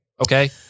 okay